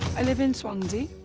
i live in swansea.